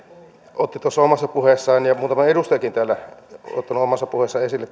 otti omassa puheessaan ja muutama edustajakin täällä on ottanut omassa puheessaan esille